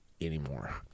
anymore